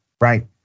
right